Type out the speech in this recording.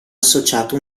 associato